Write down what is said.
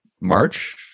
March